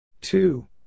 Two